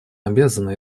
обязаны